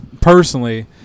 personally